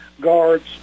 guards